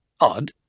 Odd